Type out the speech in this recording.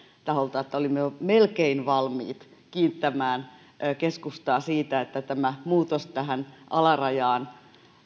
taholta että olimme jo melkein valmiit kiittämään keskustaa siitä että tämä muutos alarajaan